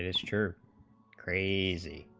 and sure crazy